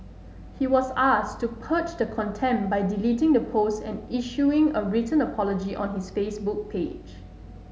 he was asked to purge the contempt by deleting the post and issuing a written apology on his Facebook page